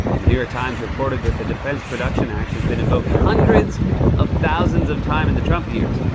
the new york times reported that the defense production act has been invoked hundreds of thousands of times in the trump years.